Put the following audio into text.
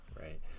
right